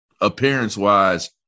appearance-wise